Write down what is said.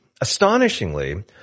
astonishingly